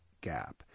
gap